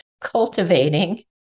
cultivating